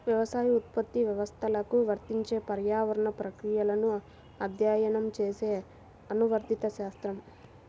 వ్యవసాయోత్పత్తి వ్యవస్థలకు వర్తించే పర్యావరణ ప్రక్రియలను అధ్యయనం చేసే అనువర్తిత శాస్త్రం